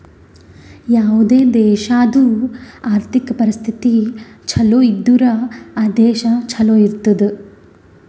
ಯಾವುದೇ ದೇಶಾದು ಆರ್ಥಿಕ್ ಪರಿಸ್ಥಿತಿ ಛಲೋ ಇದ್ದುರ್ ಆ ದೇಶಾ ಛಲೋ ಇರ್ತುದ್